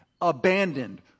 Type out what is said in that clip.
abandoned